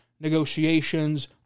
negotiations